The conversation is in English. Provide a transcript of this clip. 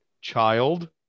child